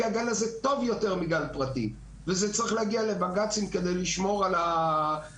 כי הגן הזה טוב יותר וזה צריך להגיע לבג"ץ כדי לשמור על הזכויות,